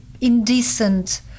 indecent